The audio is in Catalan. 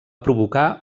provocar